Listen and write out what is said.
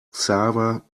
xaver